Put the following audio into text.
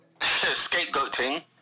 Scapegoating